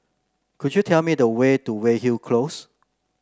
could you tell me the way to Weyhill Close